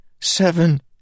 Seven